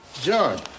John